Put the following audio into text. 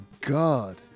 God